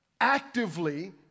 actively